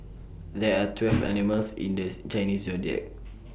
there are twelve animals in these Chinese Zodiac